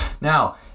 now